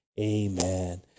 Amen